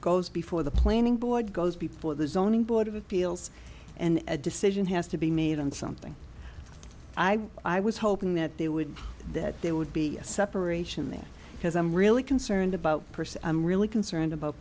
goes before the planning board goes before the zoning board of appeals and a decision has to be made on something i i was hoping that they would that there would be a separation me because i'm really concerned about a person i'm really concerned about